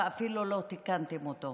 ואפילו לא תיקנתם אותו.